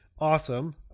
awesome